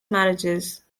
marriages